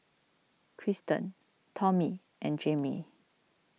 Christen Tommy and Jayme